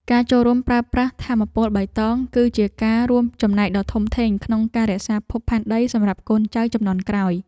ការចូលរួមប្រើប្រាស់ថាមពលបៃតង គឺជាការរួមចំណែកដ៏ធំធេងក្នុងការរក្សាភពផែនដីសម្រាប់កូនចៅជំនាន់ក្រោយ។